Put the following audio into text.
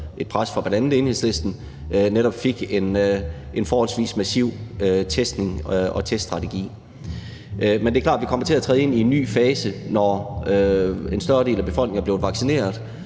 et pres fra bl.a. Enhedslisten – fik en forholdsvis massiv testning og teststrategi. Det er klart, at vi kommer til at træde ind i en ny fase, når en større del af befolkningen er blevet vaccineret,